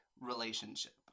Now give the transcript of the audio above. relationship